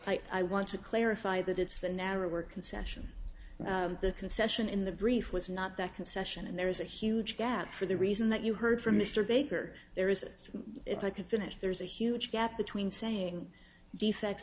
want i want to clarify that it's the narrow we're concession the concession in the brief was not that concession and there is a huge gap for the reason that you heard from mr baker there is if i could finish there's a huge gap between saying defects